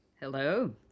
Hello